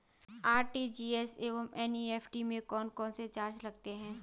RTGS एवं NEFT में कौन कौनसे चार्ज लगते हैं?